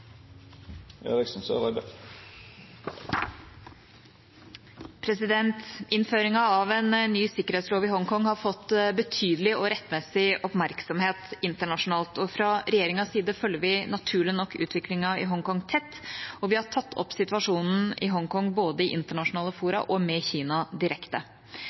av en ny sikkerhetslov i Hongkong har fått betydelig og rettmessig oppmerksomhet internasjonalt. Fra regjeringas side følger vi naturlig nok utviklingen i Hongkong tett. Vi har tatt opp situasjonen i Hongkong både i internasjonale fora og med Kina direkte.